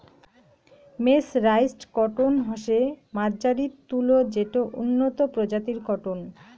mercerised cotton হসে মার্জারিত তুলো যেটো উন্নত প্রজাতির কটন